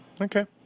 Okay